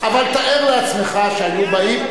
אבל תאר לעצמך שהיו באים,